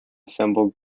assemble